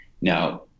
Now